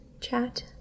chat